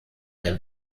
der